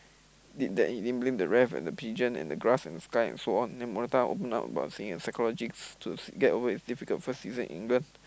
did that and he didn't blame the ref and the pigeon and the grass and the sky and so on then Morata opened up on seeing a psychologist to get over his difficult first season in England